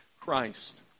Christ